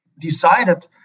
decided